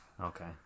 Okay